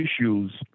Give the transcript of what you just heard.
issues